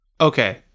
Okay